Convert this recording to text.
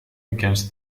against